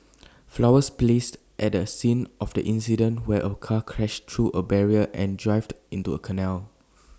flowers placed at the scene of the accident where A car crashed through A barrier and dived into A canal